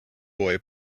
boy